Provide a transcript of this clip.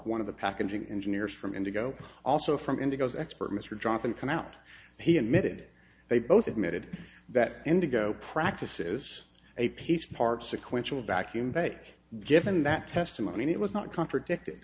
one of the packaging engineers from indigo also from indigos expert mr dropping come out he admitted they both admitted that indigo practice is a piece part sequential vacuum that given that testimony it was not contradicted